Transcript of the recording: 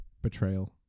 betrayal